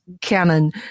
Canon